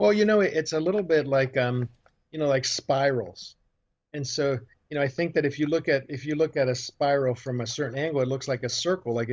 well you know it's a little bit like you know like spirals and so you know i think that if you look at if you look at a spiral from a certain angle it looks like a circle like